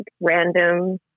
random